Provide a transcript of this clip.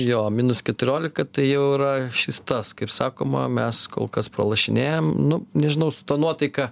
jo minus keturiolika tai jau yra šis tas kaip sakoma mes kol kas pralošinėjam nu nežinau su ta nuotaika